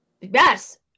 Yes